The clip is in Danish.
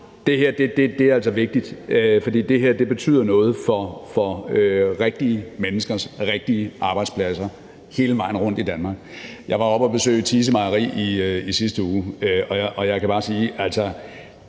Det her er altså vigtigt, for det betyder noget for rigtige menneskers rigtige arbejdspladser hele vejen rundt i Danmark. Jeg var oppe at besøge Thise Mejeri i sidste uge, og jeg kan bare sige, at